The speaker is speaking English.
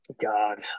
God